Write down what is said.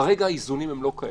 כרגע, האיזונים הם לא כאלה.